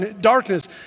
darkness